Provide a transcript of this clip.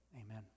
Amen